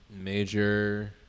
major